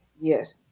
Yes